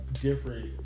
different